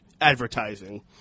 advertising